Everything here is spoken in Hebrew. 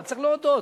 אבל צריך להודות,